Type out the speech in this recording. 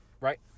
right